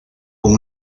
con